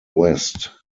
west